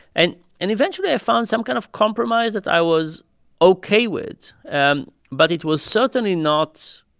and and eventually i found some kind of compromise that i was ok with. and but it was certainly not